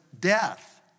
Death